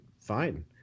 fine